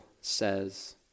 says